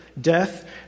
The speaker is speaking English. death